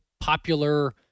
popular